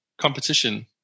competition